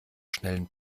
schnellen